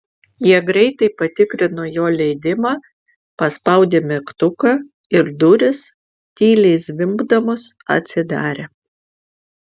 jie greitai patikrino jo leidimą paspaudė mygtuką ir durys tyliai zvimbdamos atsidarė